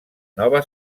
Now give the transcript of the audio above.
nova